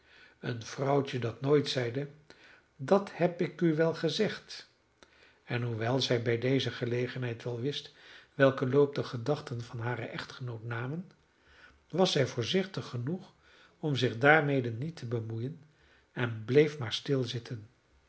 vrouwtje een vrouwtje dat nooit zeide dat heb ik u wel gezegd en hoewel zij bij deze gelegenheid wel wist welken loop de gedachten van haren echtgenoot namen was zij voorzichtig genoeg om zich daarmede niet te bemoeien en bleef maar